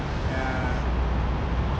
ya